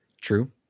True